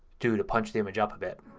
do to punch the image up a bit.